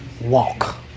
walk